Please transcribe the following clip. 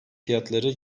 fiyatları